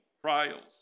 trials